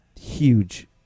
huge